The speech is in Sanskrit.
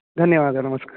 धन्यवादः नमस्कारः